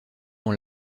dans